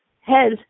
head